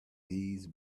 these